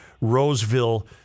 Roseville